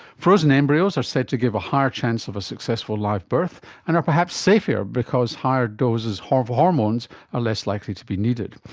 frozen embryos are said to give a higher chance of a successful live birth and are perhaps safer because higher doses of hormones are less likely to be needed.